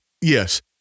Yes